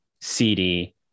CD